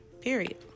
period